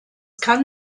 kann